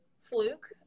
fluke